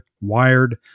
Wired